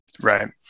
right